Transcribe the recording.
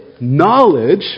knowledge